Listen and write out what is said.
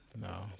No